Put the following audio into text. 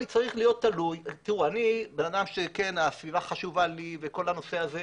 אני בן אדם שהסביבה חשובה לי וכל הנושא הזה,